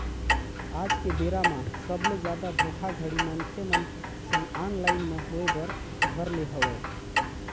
आज के बेरा म सबले जादा धोखाघड़ी मनखे मन संग ऑनलाइन म होय बर धर ले हवय